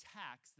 tax